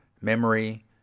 memory